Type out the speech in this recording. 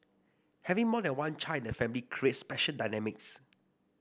having more than one child the family creates special dynamics